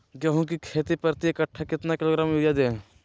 गेंहू की खेती में प्रति कट्ठा कितना किलोग्राम युरिया दे?